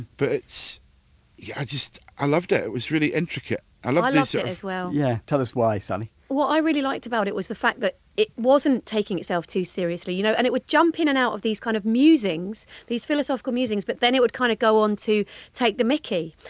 but it's yeah i just i loved it, it was really intricate ah i loved so it as well yeah tell us why sally what i really liked about it was the fact that it wasn't taking itself too seriously you know and it would jump in and out of these kind of musings, these philosophical musings, but then it would kind of go on to take the mickey.